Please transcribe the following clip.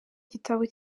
gitabo